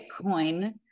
bitcoin